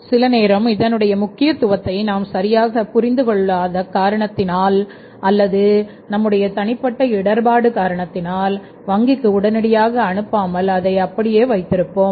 சிலநேரம் இதனுடைய முக்கியத்துவத்தை நாம் சரியாக புரிந்து கொள்ளாத காரணத்தால் அல்ல நம்முடைய தனிப்பட்ட இடர்பாடு காரணத்தால் வங்கிக்கு உடனடியாகஅனுப்பாமல் அதை அப்படியே வைத்திருப்போம்